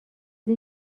این